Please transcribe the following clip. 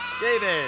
David